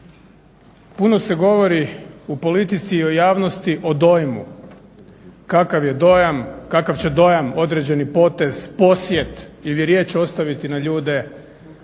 Puno se govori u politici i u javnosti o dojmu kakav je dojam, kakav će dojam određeni potez, posjet ili riječ ostaviti na ljude,